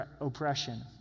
oppression